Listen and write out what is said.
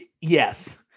Yes